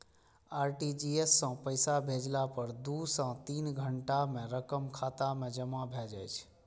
RTGS सं पैसा भेजला पर दू सं तीन घंटा मे रकम खाता मे जमा भए जाइ छै